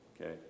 Okay